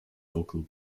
local